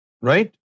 Right